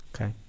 okay